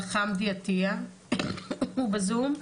אלחמדי עטוה הוא בזום.